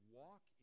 walk